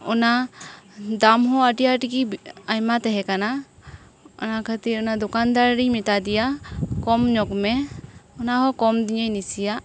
ᱚᱱᱟ ᱫᱟᱢ ᱦᱚᱸ ᱟᱹᱰᱤ ᱟᱸᱴ ᱜᱮ ᱟᱭᱢᱟ ᱛᱟᱦᱮᱸ ᱠᱟᱱᱟ ᱚᱱᱟ ᱠᱷᱟᱹᱛᱤᱨ ᱚᱱᱟ ᱫᱚᱠᱟᱱ ᱫᱟᱨᱤᱧ ᱢᱮᱛᱟ ᱫᱮᱭᱟ ᱠᱚᱢ ᱧᱚᱜᱽ ᱢᱮ ᱚᱱᱟ ᱦᱚ ᱠᱚᱢ ᱟᱫᱤᱧᱟᱭ ᱱᱟᱥᱮᱭᱟᱜ